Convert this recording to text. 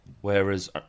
Whereas